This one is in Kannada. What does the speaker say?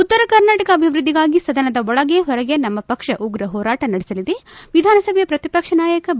ಉತ್ತರ ಕರ್ನಾಟಕ ಅಭಿವೃದ್ದಿಗಾಗಿ ಸದನದ ಒಳಗೆ ಹೊರಗೆ ನಮ್ನ ಪಕ್ಷ ಉಗ್ರ ಹೋರಾಟ ನಡೆಸಲಿದೆ ವಿಧಾನಸಭೆ ಪ್ರತಿಪಕ್ಷ ನಾಯಕ ಬಿ